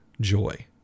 joy